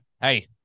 Hey